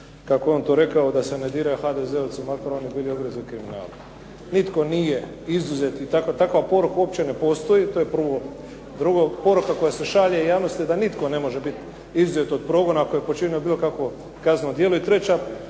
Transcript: kako je on to rekao, da se ne dira HDZ-ovce makar oni bili ogrezli u kriminalu. Nitko nije izuzet i takva poruka uopće ne postoji. To je prvo. Drugo, poruka koja se šalje javnosti je da nitko ne može bit izuzet od progona ako je počinio bilo kakvo kazneno djelo. I treća